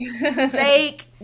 fake